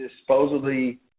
supposedly –